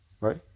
right